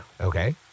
Okay